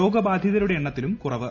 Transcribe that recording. രോഗബാധിതരുടെ എണ്ണത്തിലും കുറവ്